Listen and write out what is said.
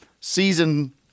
season